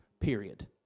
Period